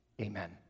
Amen